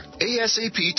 ASAP